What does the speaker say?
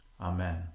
Amen